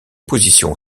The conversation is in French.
position